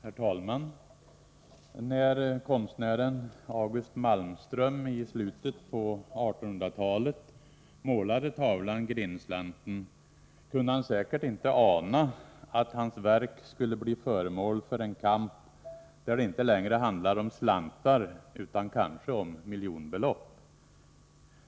Herr talman! När konstnären August Malmström i slutet av 1800-talet målade tavlan Grindslanten kunde han säkert inte ana att hans verk skulle bli föremål för en kamp, där det inte längre handlar om slantar utan kanske om miljonbelopp.